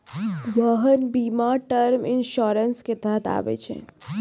वाहन बीमा term insurance के तहत आबै छै